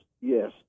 yes